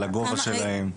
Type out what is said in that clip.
על הגובה שלהם?